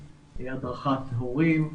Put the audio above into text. הדרכת הורים.